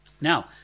Now